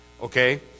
Okay